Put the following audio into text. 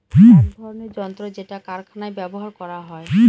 এক ধরনের যন্ত্র যেটা কারখানায় ব্যবহার করা হয়